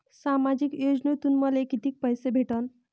सामाजिक योजनेतून मले कितीक पैसे भेटन?